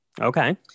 Okay